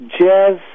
jazz